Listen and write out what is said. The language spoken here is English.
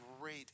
great